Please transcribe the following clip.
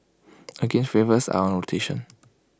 again flavours are on rotation